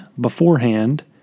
beforehand